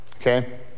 okay